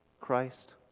Christ